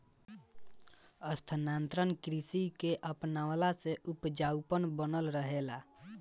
स्थानांतरण कृषि के अपनवला से उपजाऊपन बनल रहेला